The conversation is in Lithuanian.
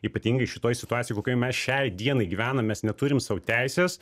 ypatingai šitoj situacijoj kokioj mes šiai dienai gyvenam mes neturim sau teisės